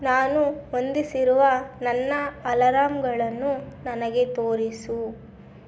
ನಾನು ಹೊಂದಿಸಿರುವ ನನ್ನ ಅಲರಾಂಗಳನ್ನು ನನಗೆ ತೋರಿಸು